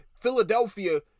Philadelphia